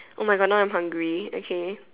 oh my God now I'm hungry okay